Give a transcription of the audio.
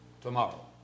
tomorrow